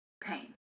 pain